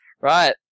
Right